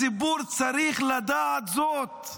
הציבור צריך לדעת זאת.